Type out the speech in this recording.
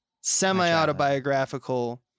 semi-autobiographical